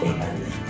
Amen